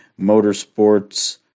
Motorsports